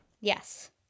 yes